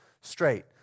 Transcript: straight